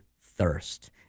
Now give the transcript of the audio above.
thirst